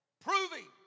proving